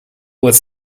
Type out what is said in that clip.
was